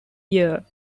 year